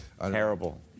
Terrible